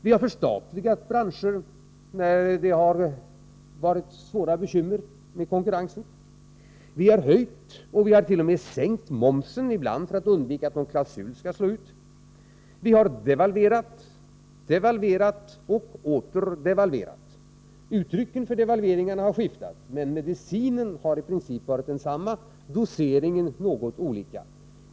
Vi har förstatligat branscher när det har varit svåra bekymmer med konkurrensen. Vi har höjt — och vi har t.o.m. sänkt — momsen ibland för att undvika att någon klausul skall slå ut. Vi har devalverat, devalverat och åter devalverat. Motiveringarna för devalveringarna har skiftat, men medicinen har i princip varit densamma, doseringen något olika.